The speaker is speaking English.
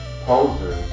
posers